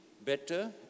better